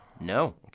No